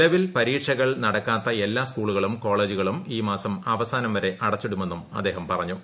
നിലവിൽ പരീക്ഷകൾ നടക്കാത്ത എല്ലാ സ്കൂളുകളും കോളേജുകളും ഈ മാസം അവസാനം വരെ അടച്ചിടുമെന്നും അദ്ദേഹം പറഞ്ഞു